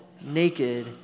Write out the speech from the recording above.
naked